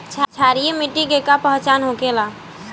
क्षारीय मिट्टी के का पहचान होखेला?